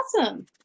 awesome